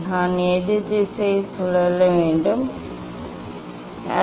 நான் எதிர் திசையில் சுழல வேண்டும் நான் எதிர் திசையில் சுழல வேண்டும்